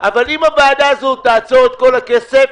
ההסתייגות לא התקבלה.